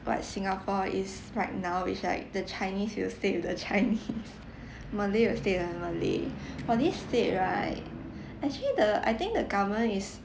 what singapore is right now is like the chinese will stay with the chinese malay will stay with the malay for this state right actually the I think the government is